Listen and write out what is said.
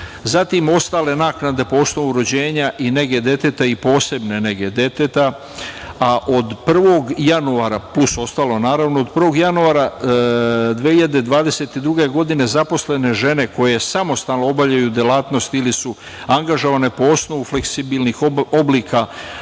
zatim ostale naknade po osnovu rođenja i nege deteta i posebne nege deteta, a od 1. januara plus ostalo. Naravno, od 1. januara 2022. godine zaposlene žene koje samostalno obavljaju delatnost ili su angažovane po osnovu fleksibilnih oblika